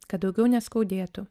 kad daugiau neskaudėtų